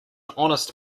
honest